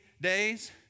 days